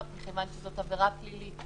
מכיוון שזאת עבירה פלילית,